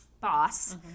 boss